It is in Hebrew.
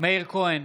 מאיר כהן,